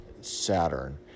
Saturn